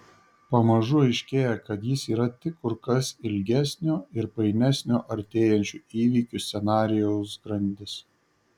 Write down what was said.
pamažu aiškėja kad jis yra tik kur kas ilgesnio ir painesnio artėjančių įvykių scenarijaus grandis